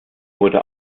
wurde